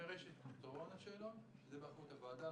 יש את פתרון השאלון שזה באחריות הוועדה.